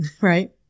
right